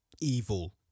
evil